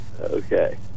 Okay